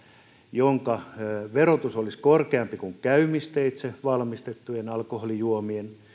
jonka verotus olisi korkeampi kuin käymisteitse valmistettujen alkoholijuomien